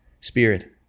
Spirit